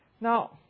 Now